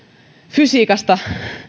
fysiikasta